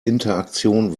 interaktion